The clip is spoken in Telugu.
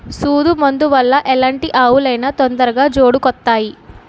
సూదు మందు వల్ల ఎలాంటి ఆవులు అయినా తొందరగా జోడుకొత్తాయి